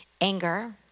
anger